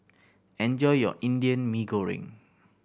enjoy your Indian Mee Goreng